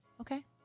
Okay